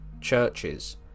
churches